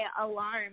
alarm